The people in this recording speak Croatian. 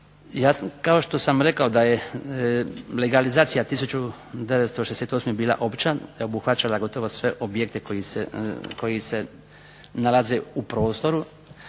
Kao što sa rekao da je legalizacija 1968. da je obuhvaćala gotovo sve objekte koji se nalaze u prostoru